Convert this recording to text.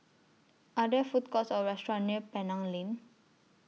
Are There Food Courts Or restaurants near Penang Lane